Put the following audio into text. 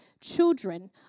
children